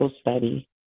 study